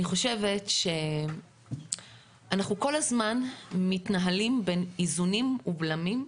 אני חושבת שאנחנו כל הזמן מתנהלים בין איזונים ובלמים,